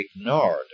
ignored